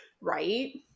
Right